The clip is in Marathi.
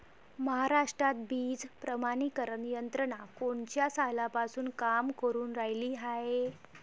महाराष्ट्रात बीज प्रमानीकरण यंत्रना कोनच्या सालापासून काम करुन रायली हाये?